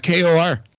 KOR